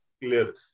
clear